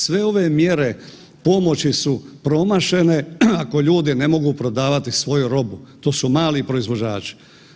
Sve ove mjere pomoći su promašene ako ljudi ne mogu prodavati svoju robu, to su mali proizvođači.